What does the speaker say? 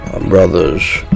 brothers